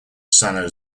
san